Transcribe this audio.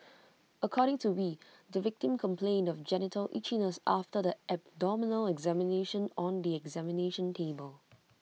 according to wee the victim complained of genital itchiness after the abdominal examination on the examination table